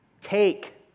Take